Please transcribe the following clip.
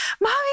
Mommy